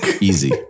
Easy